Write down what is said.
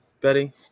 Betty